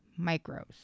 micros